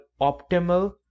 optimal